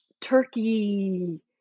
turkey